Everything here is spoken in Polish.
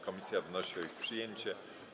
Komisja wnosi o ich przyjęcie.